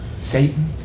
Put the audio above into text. Satan